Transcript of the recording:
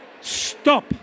Stop